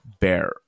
bear